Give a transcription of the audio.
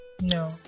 No